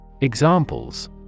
Examples